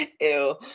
ew